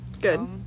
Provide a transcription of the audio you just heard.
Good